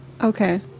Okay